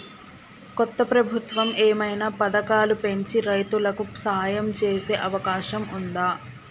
కొత్త ప్రభుత్వం ఏమైనా పథకాలు పెంచి రైతులకు సాయం చేసే అవకాశం ఉందా?